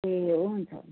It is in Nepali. ए हुन्छ हुन्छ हुन्छ